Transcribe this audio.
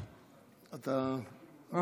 מקלב,